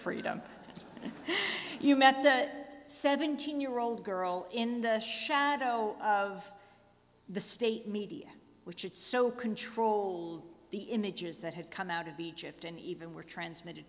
freedom you met the seventeen year old girl in the shadow of the state me which it's so controlled the images that have come out of egypt and even were transmitted